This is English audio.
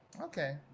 Okay